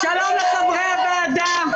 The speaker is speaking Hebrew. --- שלום לחברי הוועדה.